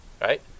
Right